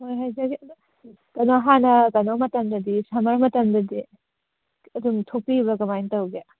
ꯍꯣꯏ ꯍꯥꯏꯖꯒꯦ ꯑꯗꯣ ꯀꯩꯅꯣ ꯍꯥꯟꯅ ꯀꯩꯅꯣ ꯃꯇꯝꯗꯗꯤ ꯁꯝꯃꯔ ꯃꯇꯝꯗꯗꯤ ꯑꯗꯨꯝ ꯊꯣꯛꯄꯤꯕ꯭ꯔ ꯀꯃꯥꯏꯅ ꯇꯧꯒꯦ